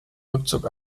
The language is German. rückzug